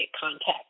context